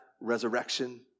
resurrection